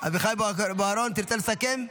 אביחי בוארון, תרצה לסכם?